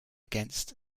against